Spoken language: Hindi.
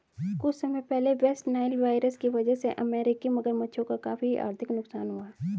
कुछ समय पहले वेस्ट नाइल वायरस की वजह से अमेरिकी मगरमच्छों का काफी आर्थिक नुकसान हुआ